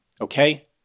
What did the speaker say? Okay